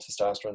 testosterone